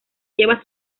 lleva